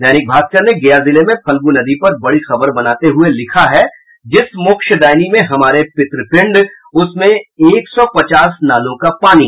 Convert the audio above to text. दैनिक भास्कर ने गया जिले में फल्गु नदी पर बड़ी खबर बनाते हुये लिखा है जिस मोक्षदायिनी में हमारे पितृपिण्ड उसमें एक सौ पचास नालों का पानी